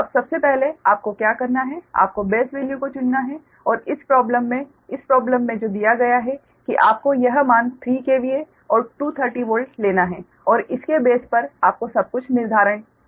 अब सबसे पहले आपको क्या करना है आपको बेस वैल्यू को चुनना है और इस प्रॉबलम में इस प्रॉबलम में जो दिया गया है कि आपको यह मान 3 KVA और 230 वोल्ट लेना होगा और इसके बेस पर आपको सब कुछ निर्धारित करना होगा